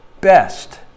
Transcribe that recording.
best